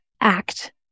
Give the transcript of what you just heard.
act